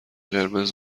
قرمز